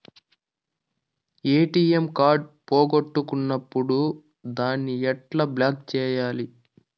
ATM card పోగొట్టుకున్నప్పుడు దాన్ని ఎట్లా బ్లాక్ సేయాలి